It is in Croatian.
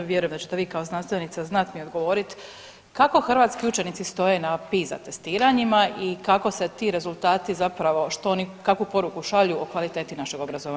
Vjerujem da ćete vi kao znanstvenica znati mi odgovoriti kako hrvatski učenici stoje na PISA testiranjima i kako se ti rezultati zapravo, što oni, kakvu poruku šalju o kvaliteti našeg obrazovanja?